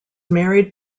married